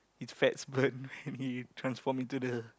his fats burnt when he transform into the